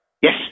Yes